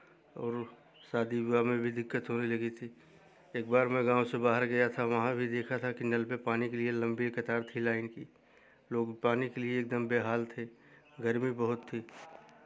और शादी विवाह में भी दिक्कत होने लगी थी एक बार में गाँव से बाहर गया था वहाँ भी देखा था कि नल पे पानी के लिए लम्बी कतार थी लाइन की लोग पानी के लिए एक दम बेहाल थे गर्मी बहुत थी